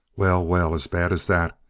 well, well! as bad as that?